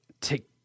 take